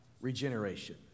regeneration